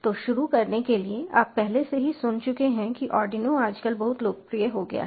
तो शुरू करने के लिए आप पहले से ही सुन चुके हैं कि आर्डिनो आजकल बहुत लोकप्रिय हो गया है